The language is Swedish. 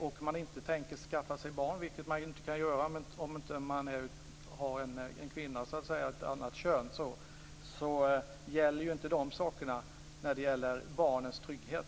Om man inte tänker skaffa sig barn, vilket man inte kan göra om den andra partnern inte är av annat kön, är det inte en fråga om barnens trygghet.